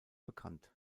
bekannt